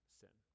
sin